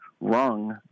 wrong